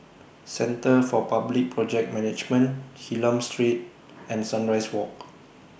Centre For Public Project Management Hylam Street and Sunrise Walk